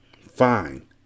Fine